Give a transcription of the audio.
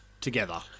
together